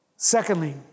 Secondly